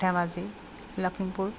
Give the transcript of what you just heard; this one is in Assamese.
ধেমাজি লখিমপুৰ